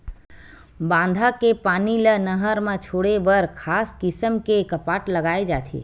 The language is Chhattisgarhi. बांधा के पानी ल नहर म छोड़े बर खास किसम के कपाट लगाए जाथे